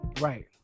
Right